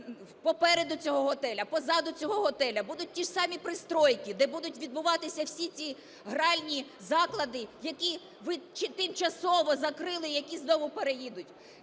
попереду цього готелю, позаду цього готелю будуть ті ж самі пристройки, де будуть відбуватися всі ті гральні заклади, які ви чи тимчасово закрили, які знову переїдуть.